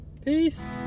Peace